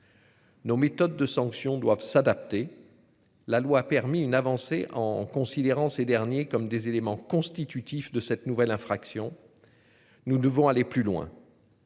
Nos méthodes de sanctions doivent s'adapter. La loi a permis une avancée en considérant ces derniers comme des éléments constitutifs de cette nouvelle infraction. Nous devons aller plus loin.